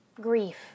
grief